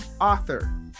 author